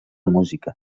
música